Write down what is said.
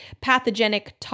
pathogenic